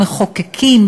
המחוקקים,